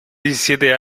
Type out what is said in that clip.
diecisiete